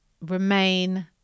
remain